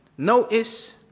Notice